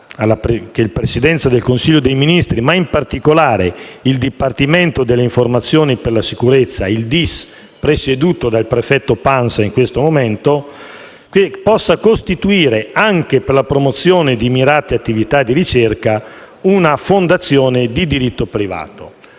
che il Presidente del Consiglio dei ministri, ma in particolare il Dipartimento delle informazioni per la sicurezza, il DIS, presieduto dal prefetto Pansa in questo momento, possa costituire anche per la promozione di mirate attività di ricerca, una fondazione di diritto privato.